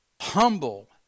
Humble